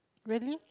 really